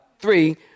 Three